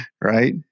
right